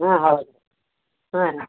ಹಾಂ ಹೌದು ಹಾಂ ಹಾಂ